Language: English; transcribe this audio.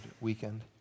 weekend